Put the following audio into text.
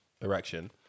erection